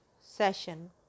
session